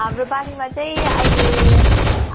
हाम्रो बारीमा चाहिँअहिले